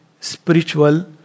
spiritual